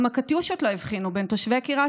גם הקטיושות לא הבחינו בין תושבי קריית